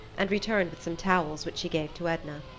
and returned with some towels, which she gave to edna.